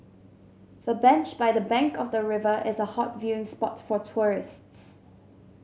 the bench by the bank of the river is a hot viewing spot for tourists